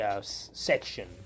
section